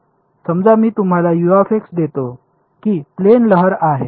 समजा मी तुम्हाला देतो की प्लेन लहर आहे